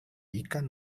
ikan